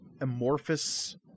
amorphous